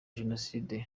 jenoside